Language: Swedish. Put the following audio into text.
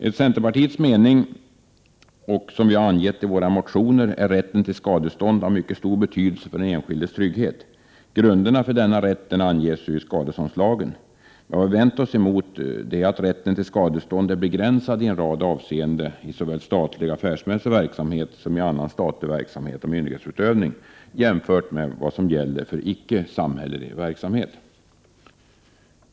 Enligt centerpartiets mening, som vi angett i våra motioner, är rätten till skadestånd av mycket stor betydelse för den enskildes trygghet. Grunderna för denna rätt anges i skadeståndslagen. Vad vi vänt oss emot är att rätten till skadestånd är begränsad i en rad avseenden i såväl statlig affärsmässig verksamhet som annan statlig verksamhet och myndighetsutövning, jämfört med vad som gäller för icke samhällelig verksamhet.